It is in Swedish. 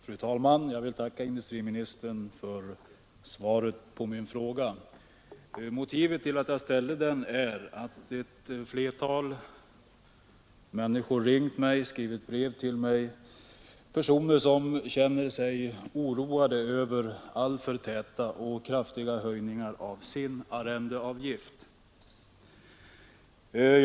Fru talman! Jag vill tacka industriministern för svaret på min fråga. Motivet till att jag ställt frågan är att ett flertal människor ringt till mig och skrivit brev till mig — personer som känner sig oroade över alltför täta och kraftiga höjningar av sina arrendeavgifter.